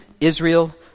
Israel